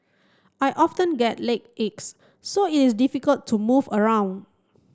I often get leg aches so is difficult to move around